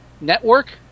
Network